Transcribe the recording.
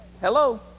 Hello